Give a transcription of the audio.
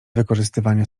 wykorzystywania